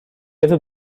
ever